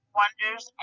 wonders